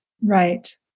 Right